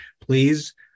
please